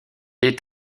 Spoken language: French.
est